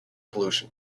pollution